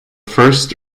first